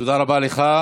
תודה רבה לך.